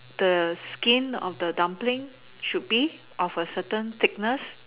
the skin of the dumpling should be of a certain thickness